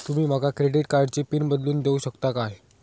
तुमी माका क्रेडिट कार्डची पिन बदलून देऊक शकता काय?